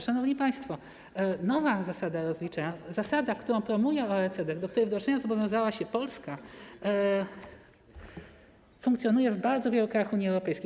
Szanowni państwo, nowa zasada rozliczenia, zasada, którą promuje OECD, do której wdrożenia zobowiązała się Polska, funkcjonuje w bardzo wielu krajach Unii Europejskiej.